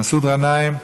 מסעוד גנאים,